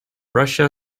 russia